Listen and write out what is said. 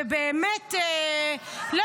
ובאמת --- אבל יש לו משפחה,